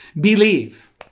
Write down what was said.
Believe